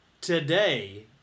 today